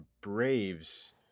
Braves